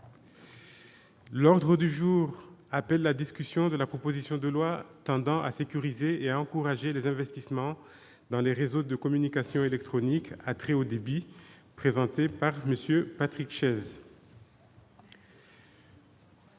demande du groupe Les Républicains, de la proposition de loi tendant à sécuriser et à encourager les investissements dans les réseaux de communications électroniques à très haut débit, présentée par M. Patrick Chaize